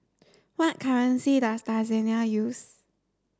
what currency does Tanzania use